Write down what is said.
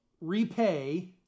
repay